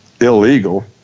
illegal